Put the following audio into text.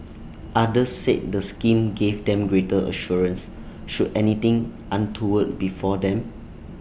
others said the scheme gave them greater assurance should anything untoward befall them